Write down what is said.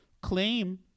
claim